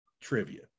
trivia